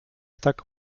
tak